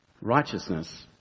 Righteousness